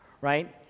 right